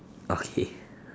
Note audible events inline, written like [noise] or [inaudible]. okay [laughs]